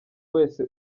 wese